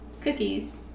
cookies